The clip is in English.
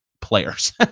players